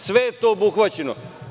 Sve je to obuhvaćeno.